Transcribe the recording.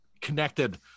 connected